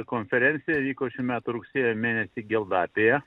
konferencija vyko šių metų rugsėjo mėnesį geldapėje